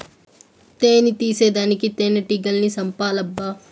తేని తీసేదానికి తేనెటీగల్ని సంపాలబ్బా